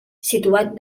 situat